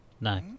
No